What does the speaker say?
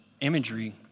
imagery